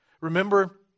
Remember